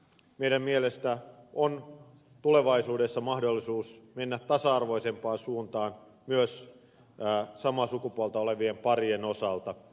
meidän mielestämme on tulevaisuudessa mahdollisuus mennä tasa arvoisempaan suuntaan myös samaa sukupuolta olevien parien osalta